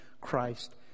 Christ